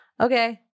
okay